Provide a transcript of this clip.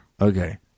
Okay